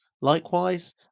Likewise